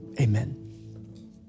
amen